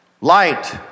Light